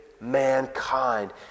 mankind